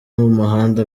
muhanda